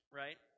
right